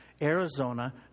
Arizona